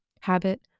Habit